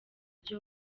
byo